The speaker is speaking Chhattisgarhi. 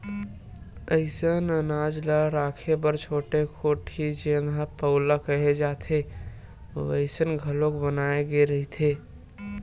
असइन अनाज ल राखे बर छोटे कोठी जेन ल पउला केहे जाथे वइसन घलोक बनाए गे रहिथे